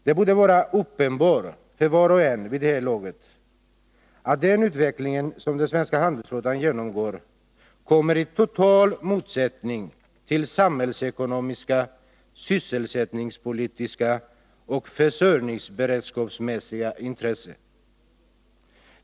Det borde vara uppenbart för var och en vid det här laget att den utveckling som den svenska handelsflottan genomgår står i total motsättning till samhällsekonomiska, sysselsättningspolitiska och försörjningsberedskapsmässiga intressen.